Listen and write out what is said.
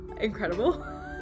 incredible